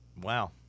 Wow